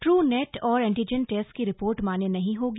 इ नेट और एन्टिजन टेस्ट की रिपोर्ट मान्य नहीं होगी